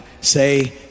say